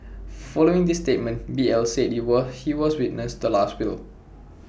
following this statement B L said IT will he was witness to Last Will